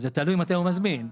תלוי מתי הוא מזמין.